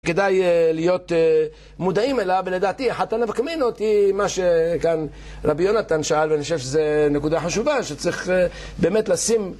כדאי להיות מודעים אלא, ולדעתי, אחת הנפקמינות היא מה שכאן רבי יונתן שאל, ואני חושב שזו נקודה חשובה שצריך באמת לשים את זה